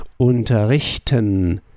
Unterrichten